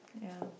ya